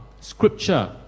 scripture